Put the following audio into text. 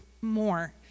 more